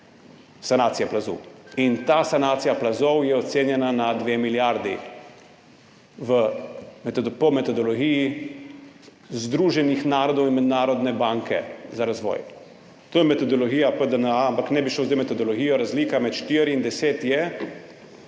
sanacije plazu. In ta sanacija plazov je ocenjena na 2 milijardi po metodologiji Združenih narodov in Mednarodne banke za obnovo in razvoj. To je metodologija PDNA, ampak ne bi šel zdaj v metodologijo. Razlika med 4 in 10